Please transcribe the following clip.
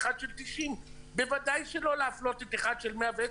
אחד של 90. בוודאי שלא להפלות את אחד של 110